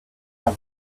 are